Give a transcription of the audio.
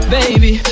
Baby